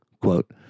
Quote